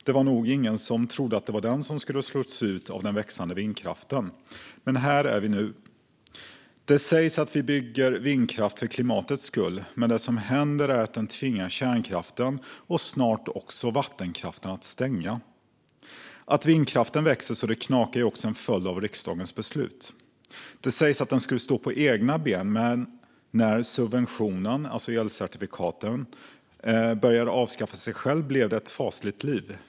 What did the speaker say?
Det var nog ingen som trodde att det var den som skulle slås ut av den växande vindkraften, men här är vi nu. Det sägs att vi bygger vindkraft för klimatets skull, men det som händer är att den tvingar kärnkraften och snart också vattenkraften att stänga ned. Att vindkraften växer så det knakar är en följd av riksdagens beslut. Det sas att den skulle stå på egna ben, men när subventionen, alltså elcertifikaten, började avskaffa sig själv blev det ett fasligt liv.